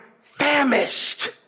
famished